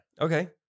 Okay